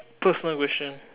personal question